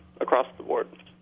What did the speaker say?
across-the-board